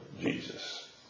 Jesus